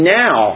now